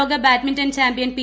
ലോക badminton champion P